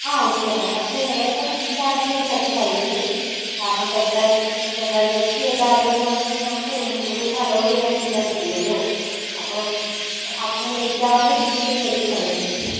ആ okay ma'am പക്ഷേ നേരത്തെ ബുക്ക് ചെയ്യുകയാണെങ്കിൽ അത് ബെറ്ററായിരിക്കും കാരണം പെട്ടന്ന് ഇപ്പോൾ എമർജൻസി ആയിട്ട് ആരേലും വന്ന് കഴിഞ്ഞാൽ നമുക്ക് റൂം അലോവ്ഡ് ചെയ്യാണ്ടിരിക്കാൻ പറ്റില്ലല്ലോ അപ്പം അധികം ലേറ്റ് ആകാണ്ട് ബുക്ക് ചെയ്യുന്നതായിരിക്കും നല്ലത്